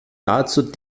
dazu